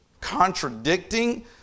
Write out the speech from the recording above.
contradicting